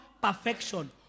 perfection